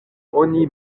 oni